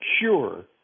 sure